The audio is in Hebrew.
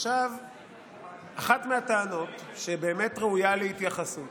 אחת מהטענות שבאמת ראויה להתייחסות